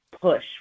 push